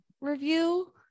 review